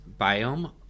biome